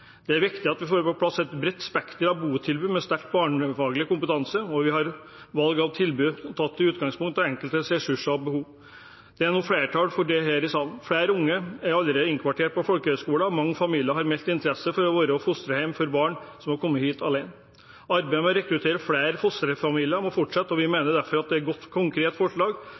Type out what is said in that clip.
Det er viktig at vi får på plass et bredt spekter av botilbud med sterk barnefaglig kompetanse, og at vi i valg av tilbud tar utgangspunkt i den enkeltes ressurser og behov. Det er det nå flertall for her i salen. Flere unge er allerede innkvartert på folkehøyskoler, og mange familier har meldt interesse for å være fosterhjem for barn som har kommet hit alene. Arbeidet med å rekruttere flere fosterfamilier må fortsette. Vi mener derfor det er et godt og konkret forslag